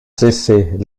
cessait